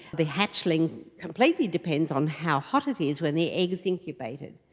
the hatchling completely depends on how hot it is when the egg is incubated.